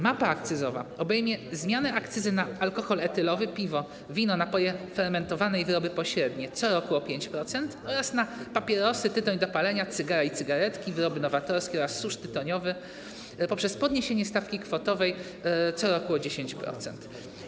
Mapa akcyzowa obejmie zmiany akcyzy na alkohol etylowy, piwo, wino, napoje fermentowane i wyroby pośrednie co roku o 5% oraz na papierosy, tytoń do palenia, cygara i cygaretki, wyroby nowatorskie oraz susz tytoniowy poprzez podniesienie stawki kwotowej co roku o 10%.